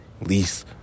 lease